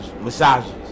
massages